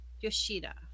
Yoshida